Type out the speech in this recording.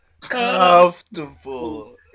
comfortable